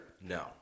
No